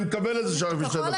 אני מקבל את זה ששתי דקות.